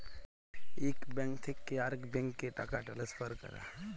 ইক ব্যাংক থ্যাকে আরেক ব্যাংকে টাকা টেলেসফার ক্যরা